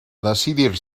decidir